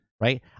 right